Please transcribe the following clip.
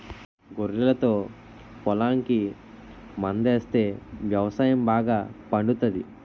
గొర్రెలతో పొలంకి మందాస్తే వ్యవసాయం బాగా పండుతాది